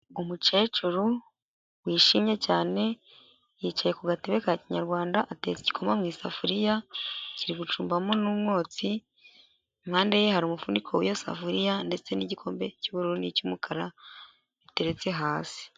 Umukecuru wishimye cyane yicaye ku gatebe ka kinyarwanda atetse igikoma mu isafuriya kiri gucumbamo n'umwotsi, impande ye hari umufuniko w'iyo safuriya ndetse n'igikombe cy'ubururu n'icy'umukara biteretse hasi.